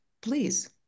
please